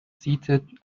seated